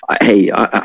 hey